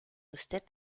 usted